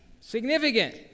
Significant